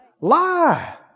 Lie